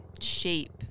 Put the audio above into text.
shape